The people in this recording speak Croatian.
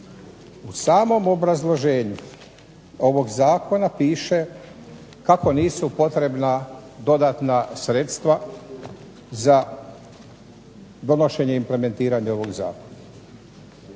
U samom obrazloženju ovog zakona piše kako nisu potrebna dodatna sredstva za donošenje i implementiranje ovog zakona.